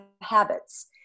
habits